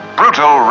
brutal